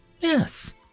Yes